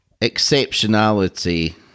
exceptionality